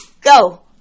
go